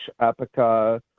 Epica